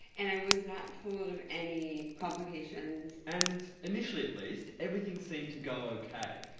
and i was not told of any complications. and initially at least everything seemed to go okay.